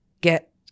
Get